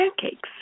pancakes